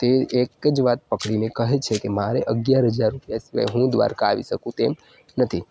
તે એક જ વાત પકડીને કહે છે કે મારે અગિયાર હજાર રૂપિયા સિવાય હું દ્વારકા આવી શકું તેમ નથી